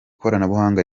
koranabuhanga